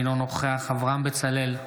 אינו נוכח אברהם בצלאל,